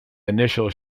initial